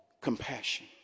compassion